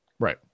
Right